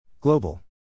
Global